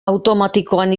automatikoan